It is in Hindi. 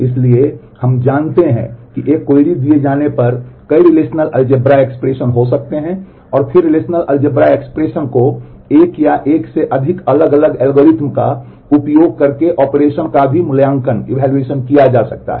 इसलिए हम जानते हैं कि एक क्वेरी दिए जाने पर कई रिलेशनल अलजेब्रा एक्सप्रेशन हो सकते हैं और फिर रिलेशनल अलजेब्रा एक्सप्रेशन को एक या एक से अधिक अलग अलग एल्गोरिदम का उपयोग करके ऑपरेशन का भी मूल्यांकन किया जा सकता है